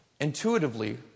intuitively